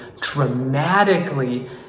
dramatically